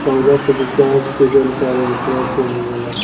पौधा के विकास के जानकारी एकरा से मिलेला